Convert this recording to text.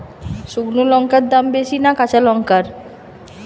শুক্নো লঙ্কার দাম বেশি না কাঁচা লঙ্কার?